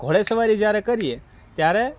ઘોડે સવારી જયારે કરીએ ત્યારે